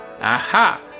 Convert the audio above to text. Aha